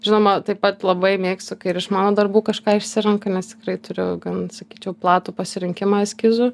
žinoma taip pat labai mėgstu kai ir iš mano darbų kažką išsirenka nes tikrai turiu gan sakyčiau platų pasirinkimą eskizų